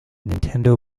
nintendo